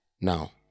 Now